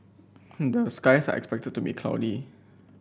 the skies are expected to be cloudy